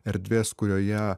erdvės kurioje